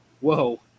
Whoa